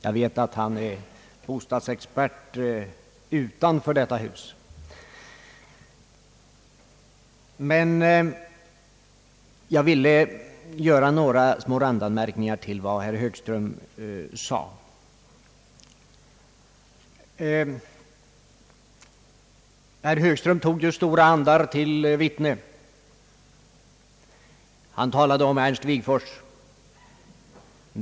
Jag vet att han är bostadsexpert utanför detta hus. Jag vill emellertid trots detta göra några randanmärkningar till vad han sade. Herr Högström tog en stor ande till vittne. Han talade om Ernst Wigforss.